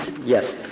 Yes